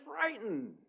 frightened